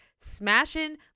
smashing